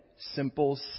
simple